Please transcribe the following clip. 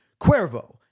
Cuervo